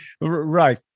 Right